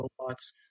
robots